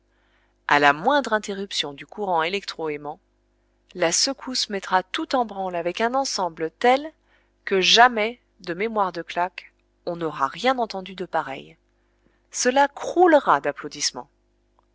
à la moindre interruption du courant des électro aimants la secousse mettra tout en branle avec un ensemble tel que jamais de mémoire de claque on n'aura rien entendu de pareil cela croulera d'applaudissements